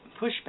Pushback